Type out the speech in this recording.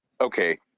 Okay